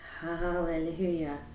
Hallelujah